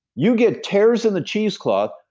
you get tears in the cheese cloth,